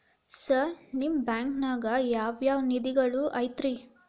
Sir ನಿಮ್ಮ ಬ್ಯಾಂಕನಾಗ ಯಾವ್ ಯಾವ ನಿಧಿಗಳು ಐತ್ರಿ?